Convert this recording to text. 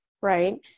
right